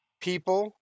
People